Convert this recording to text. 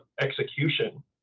execution